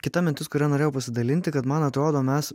kita mintis kuria norėjau pasidalinti kad man atrodo mes